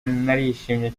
narishimye